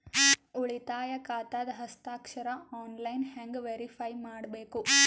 ಉಳಿತಾಯ ಖಾತಾದ ಹಸ್ತಾಕ್ಷರ ಆನ್ಲೈನ್ ಹೆಂಗ್ ವೇರಿಫೈ ಮಾಡಬೇಕು?